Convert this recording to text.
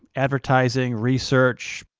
advertising, research,